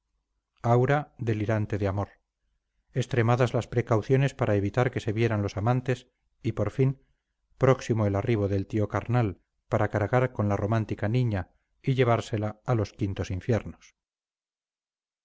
aura delirante de amor extremadas las precauciones para evitar que se vieran los amantes y por fin próximo el arribo del tío carnal para cargar con la romántica niña y llevársela a los quintos infiernos